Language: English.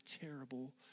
terrible